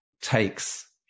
takes